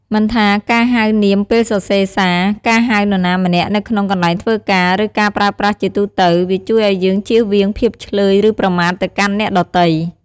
មិនថាការហៅនាមពេលសរសេរសារ ការហៅនរណាម្នាក់នៅក្នុងកន្លែងធ្វើការ ឬការប្រើប្រាស់ជាទូទៅ វាជួយឲ្យយើងជៀសវាងភាពឈ្លើយឬប្រមាថទៅកាន់អ្នកដទៃ។